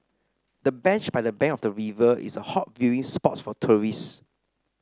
the bench by the bank of the river is a hot viewing spot for tourist